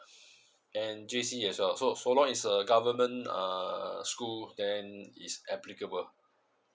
and J C as well so so long is a government uh school then is applicable